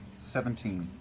seventeen.